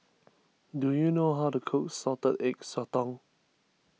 do you know how to cook Salted Egg Sotong